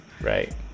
Right